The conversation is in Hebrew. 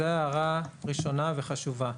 זוהי הערה ראשונה וחשובה.